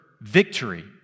victory